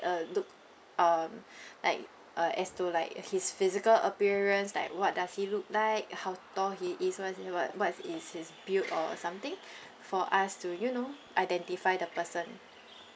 uh look um like uh as to like his physical appearance like what does he look like how tall he is what's his what what is his build or something for us to you know identify the person